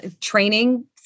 training